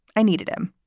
i needed him.